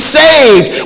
saved